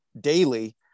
daily